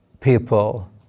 people